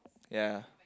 ya